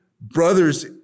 brothers